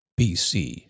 BC